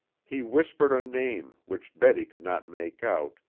he whispered a name, which betty could not make out,